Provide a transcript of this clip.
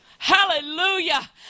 Hallelujah